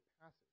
passage